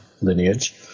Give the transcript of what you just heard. lineage